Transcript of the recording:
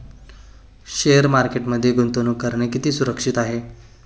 Share मार्केटमध्ये गुंतवणूक करणे किती सुरक्षित आहे?